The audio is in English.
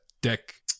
dick